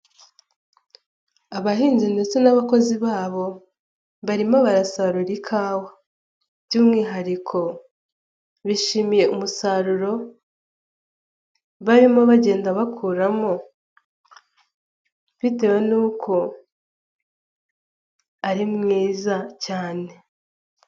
Abahinzi ndetse n'abakozi babo barimo barasarura ikawa by'umwihariko bishimiye umusaruro barimo bagenda bakuramo bitewe n'uko ari mwiza cyane.